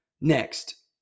next